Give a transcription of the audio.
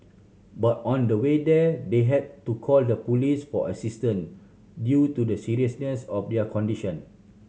but on the way there they had to call the police for assistance due to the seriousness of their condition